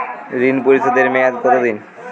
ঋণ পরিশোধের মেয়াদ কত দিন?